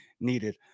needed